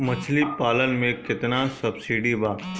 मछली पालन मे केतना सबसिडी बा?